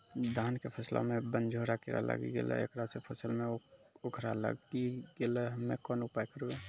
धान के फसलो मे बनझोरा कीड़ा लागी गैलै ऐकरा से फसल मे उखरा लागी गैलै हम्मे कोन उपाय करबै?